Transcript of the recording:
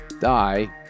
die